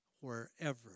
wherever